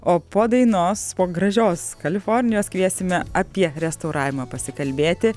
o po dainos po gražios kalifornijos kviesime apie restauravimą pasikalbėti